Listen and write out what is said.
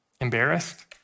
embarrassed